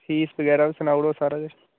fees बगैरा बी सनाई ओड़ो सारा किश